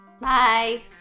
Bye